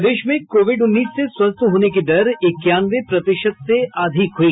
प्रदेश में कोविड उन्नीस से स्वस्थ होने की दर इक्यानवे प्रतिशत से अधिक हुई